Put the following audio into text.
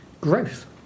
growth